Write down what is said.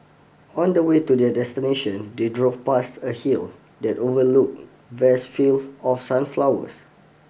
on the way to their destination they drove past a hill that overlooked vast field of sunflowers